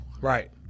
Right